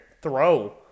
throw